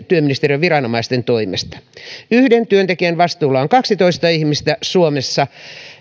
työministeriön viranomaisten toimesta yhden työntekijän vastuulla on kaksitoista ihmistä suomessa